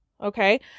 Okay